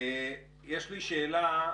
יש לי שאלה